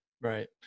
Right